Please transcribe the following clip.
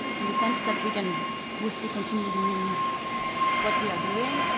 in the sense that we can mostly continue doing what we are doing.